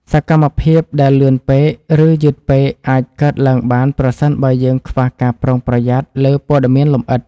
សកម្មភាពដែលលឿនពេក ឬ យឺតពេកអាចកើតឡើងបានប្រសិនបើយើងខ្វះការប្រុងប្រយ័ត្នលើព័ត៌មានលម្អិត។